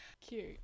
Cute